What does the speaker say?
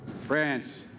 france